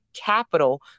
capital